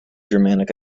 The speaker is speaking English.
germanic